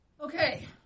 Okay